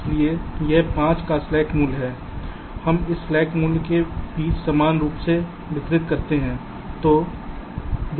इसलिए यह 5 का स्लैक मूल्य है हम इस स्लैक मूल्य के बीच समान रूप से वितरित करते हैं